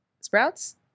Sprouts